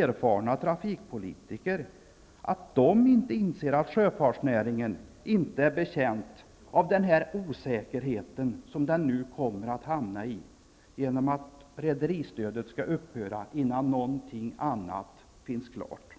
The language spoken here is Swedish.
erfarna trafikpolitiker, inte inser att sjöfartsnäringen inte är betjänt av den osäkerhet som den nu kommer att hamna i genom att rederistödet skall upphöra innan något annat finns klart.